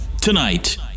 tonight